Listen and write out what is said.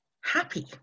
happy